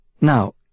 Now